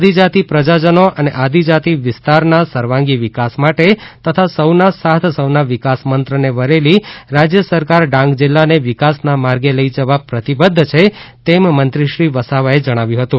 આદિજાતિ પ્રજાજનો અને આદિજાતિ વિસ્તારના સર્વાંગીણ વિકાસ માટે તથા સૌના સાથ સૌના વિકાસ મંત્રને વરેલી રાજ્ય સરકાર ડાંગ જિલ્લાને વિકાસના માર્ગે લઈ જવા પ્રતિબદ્ધ છે તેમ મંત્રી શ્રી વસાવા જણાવ્યું હતું